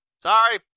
Sorry